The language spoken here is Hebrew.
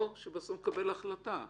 או שבסוף נקבל החלטה.